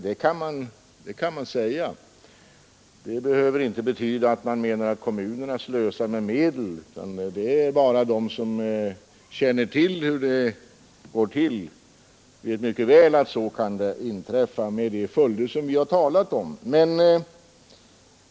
Detta behöver emellertid inte betyda att kommunerna skulle slösa med medlen, men de som vet hur det går till i kommunerna känner till att det mycket väl kan inträffa, med de följder som vi har talat om.